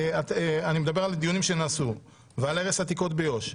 אני מדבר על דיונים שנעשו ועל הרס עתיקות ביו"ש,